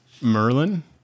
Merlin